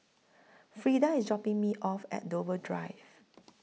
Freeda IS dropping Me off At Dover Drive